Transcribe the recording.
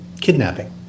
kidnapping